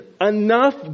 enough